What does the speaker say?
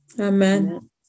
Amen